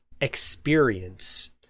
experience